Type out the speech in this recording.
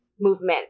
movement